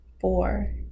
four